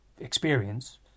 experience